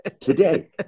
Today